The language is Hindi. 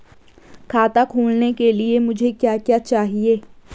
खाता खोलने के लिए मुझे क्या क्या चाहिए?